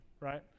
right